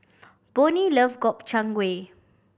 Bonnie love Gobchang Gui